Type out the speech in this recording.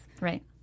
right